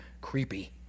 creepy